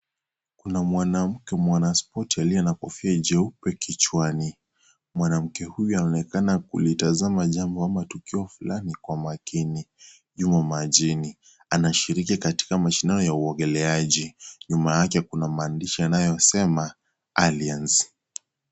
Kuna mwanamke mwanasipoti aliye na kofia jeupe kichwani ,mwanamke huyu anaonekana kulitazama jambo ama tukio fulani kwa makini, nyuma majini, anashiriki katika mashindano ya uogeleaji, nyuma yake kuna maandishi yanayosema allianz .